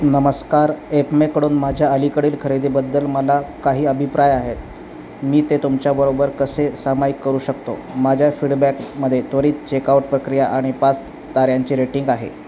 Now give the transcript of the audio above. नमस्कार एपमेकडून माझ्या अलीकडील खरेदीबद्दल मला काही अभिप्राय आहेत मी ते तुमच्याबरोबर कसे सामायिक करू शकतो माझ्या फीडबॅक मध्ये त्वरित चेकआउट प्रक्रिया आणि पाच ताऱ्यांची रेटिंग आहे